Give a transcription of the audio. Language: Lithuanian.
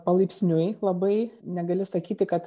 palaipsniui labai negali sakyti kad